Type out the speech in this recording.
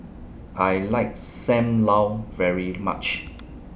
I like SAM Lau very much